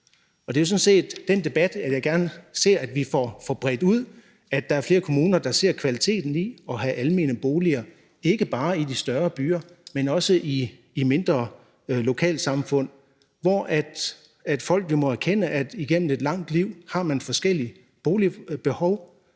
Og det er jo sådan set den debat, jeg gerne ser at vi får bredt ud, så der er flere kommuner, der ser kvaliteten i at have almene boliger – ikke bare i de større byer, men også i mindre lokalsamfund, hvor folk jo må erkende, at igennem et langt liv har man forskellige boligbehov,